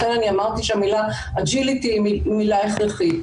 לכן אני אמרתי שהמילה agility היא מילה הכרחית.